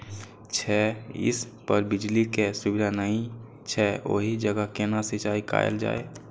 छै इस पर बिजली के सुविधा नहिं छै ओहि जगह केना सिंचाई कायल जाय?